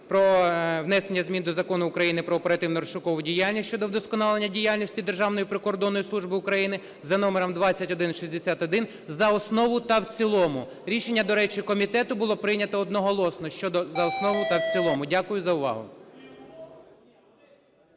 про внесення змін до Закону України "Про оперативно-розшукову діяльність" щодо вдосконалення діяльності Державної прикордонної служби України за номером 2161 за основу та в цілому. Рішення, до речі, комітету було прийнято одноголосно щодо за основу та в цілому. Дякую за увагу.